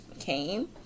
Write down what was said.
came